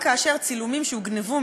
איך אמרתי בוועדה?